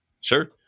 Sure